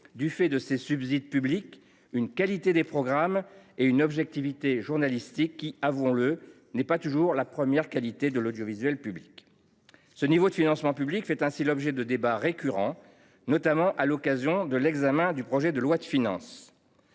du fait de ces subsides publics, la qualité de ses programmes et l’objectivité journalistique, laquelle, avouons le, n’est pas toujours sa première qualité ? Le niveau de ce financement public fait l’objet de débats récurrents, notamment à l’occasion de l’examen des projets de loi de finances.